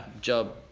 job